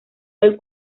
del